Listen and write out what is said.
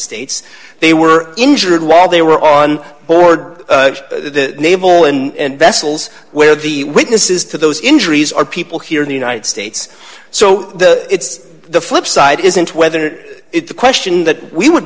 states they were injured while they were on board the naval and vessels where the witnesses to those injuries are people here in the united states so it's the flip side isn't whether it's a question that we would